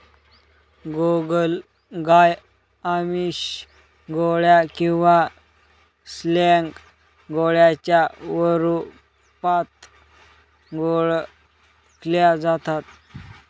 गोगलगाय आमिष, गोळ्या किंवा स्लॅग गोळ्यांच्या स्वरूपात ओळखल्या जाता